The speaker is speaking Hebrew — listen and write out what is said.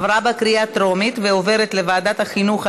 לוועדת החינוך,